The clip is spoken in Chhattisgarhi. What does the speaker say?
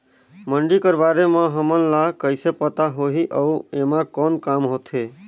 मंडी कर बारे म हमन ला कइसे पता होही अउ एमा कौन काम होथे?